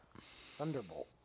Thunderbolt